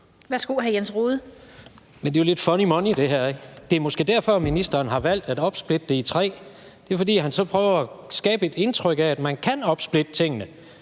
Kl. 17:26 Jens Rohde (RV): Men der er jo lidt tale om funny money, ikke? Det er måske derfor, at ministeren har valgt at opsplitte det i tre lovforslag; det er, fordi han så prøver at skabe et indtryk af, at man kan opsplitte tingene: